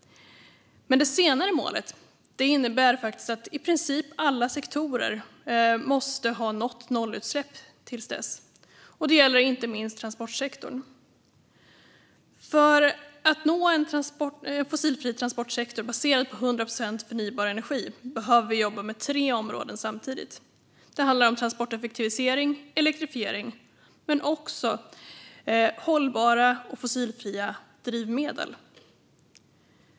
Men det förstnämnda målet innebär faktiskt att i princip alla sektorer måste ha nått nollutsläpp till dess. Det gäller inte minst transportsektorn. För att nå en fossilfri transportsektor baserad på 100 procent förnybar energi behöver vi jobba med tre områden samtidigt. Det handlar om transporteffektivisering, elektrifiering samt hållbara och fossilfria drivmedel. Herr ålderspresident!